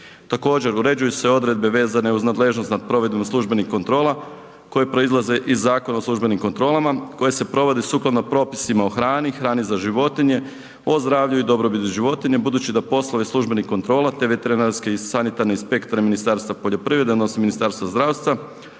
Također uređuju se odredbe vezane uz nadležnost nad provedbom službenih kontrola, koje proizlaze iz Zakona o službenim kontrolama koje se provode sukladno propisima o hrani, hrani za životinje o zdravlju i dobrobiti životinja budući da poslove službenih kontrola te veterinarske i sanitarne inspektore Ministarstva poljoprivrede odnosno Ministarstva zdravstva